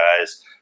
guys